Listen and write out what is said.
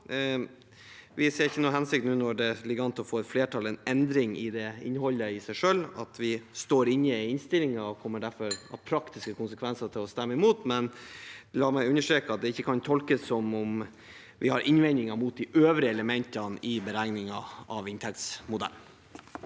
vi ikke noen hensikt med en endring i innholdet i seg selv, og vi står inne i innstillingen og kommer derfor av praktiske årsaker til å stemme imot. Men la meg understreke at det ikke kan tolkes som om vi har innvendinger mot de øvrige elementene i beregningen av inntektsmodellen.